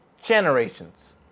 Generations